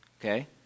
okay